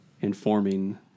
informing